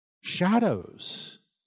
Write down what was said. shadows